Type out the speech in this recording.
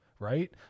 right